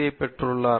ஐப் பெற்றுள்ளார்